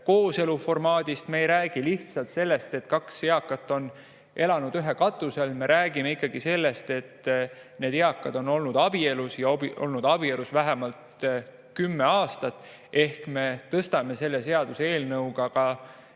kooselu formaadist, me ei räägi sellest, et kaks eakat on elanud ühe katuse all, me räägime ikkagi sellest, et need eakad on olnud abielus ja seda vähemalt 10 aastat. Ehk me tõstame selle seaduseelnõuga